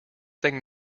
thing